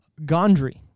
Gondry